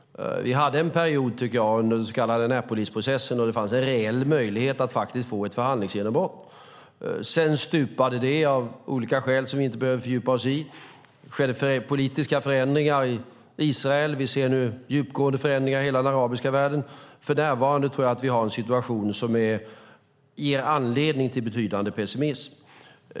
Vi hade, tycker jag, en period under den så kallade Annapolisprocessen då det fanns en reell möjlighet att få ett förhandlingsgenombrott. Sedan stupade det av olika skäl som vi inte behöver fördjupa oss i. Det skedde politiska förändringar i Israel, och vi ser nu djupgående förändringar i hela den arabiska världen. För närvarande tror jag att vi har en situation som ger anledning till en betydande pessimism.